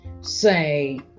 say